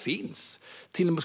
Det skulle också innebära att potentiella maskintjuvar får veta var nycklarna till